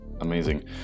amazing